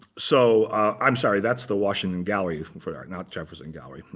so i'm sorry that's the washington gallery for art, not jefferson gallery.